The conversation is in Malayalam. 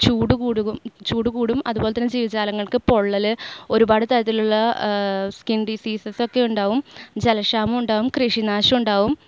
ചൂടുകൂടും ചൂടുകൂടും അതുപോലെ തന്നെ ജീവജാലങ്ങൾക്ക് പൊള്ളൽ ഒരുപാട് തരത്തിലുള്ള സ്കിൻ ഡിസീസസ് ഒക്കെ ഉണ്ടാവും ജലക്ഷാമം ഉണ്ടാവും കൃഷിനാശം ഉണ്ടാവും